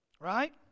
Right